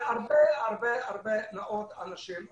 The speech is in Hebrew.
יש הרבה מאוד אנשים ראויים.